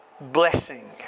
blessing